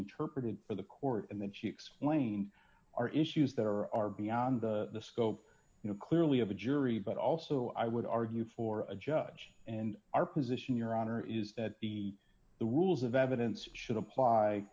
interpreted for the court and then she explained our issues there are beyond the scope you know clearly of a jury but also i would argue for a judge and our position your honor is that the the rules of evidence should apply